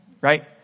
Right